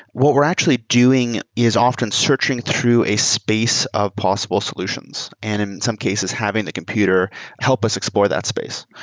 what we're actually doing is often searching through a space of possible solutions, and in some cases having the computer help us explore that space.